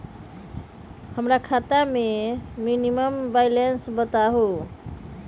हमरा खाता में मिनिमम बैलेंस बताहु?